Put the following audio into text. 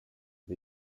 the